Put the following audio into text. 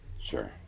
Sure